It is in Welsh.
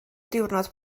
diwrnod